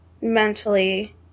mentally